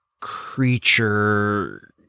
creature